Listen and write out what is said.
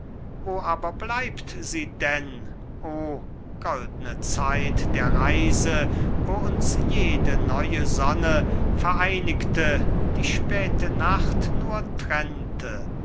wo aber bleibt sie denn o goldne zeit der reise wo uns jede neue sonne vereinigte die späte nacht nur trennte